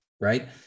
right